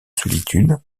solitude